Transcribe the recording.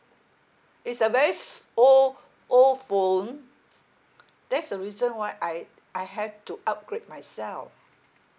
it's a very s~ old old phone that's the reason why I I have to upgrade myself